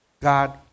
God